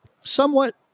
somewhat